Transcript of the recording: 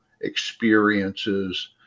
experiences